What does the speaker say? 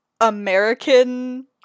American